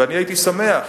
והייתי שמח,